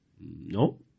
No